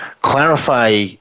clarify